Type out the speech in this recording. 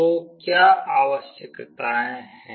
तो क्या आवश्यकताएँ हैं